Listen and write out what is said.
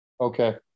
Okay